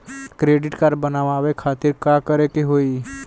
Credit card बनवावे खातिर का करे के होई?